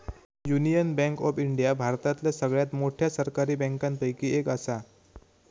union Bank of India भारतातल्या सगळ्यात मोठ्या सरकारी बँकांपैकी एक असा